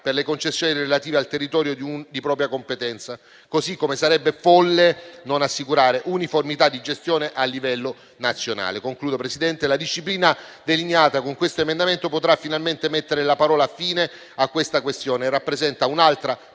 grazie a tutto